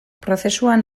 prozesuan